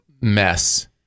mess